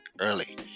early